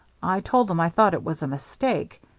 i told em i thought it was a mistake